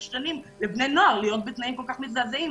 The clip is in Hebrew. שנים לבני נוער להיות בתנאים כל כך מזעזעים.